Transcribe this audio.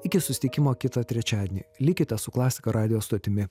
iki susitikimo kitą trečiadienį likite su klasika radijo stotimi